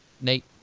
Nate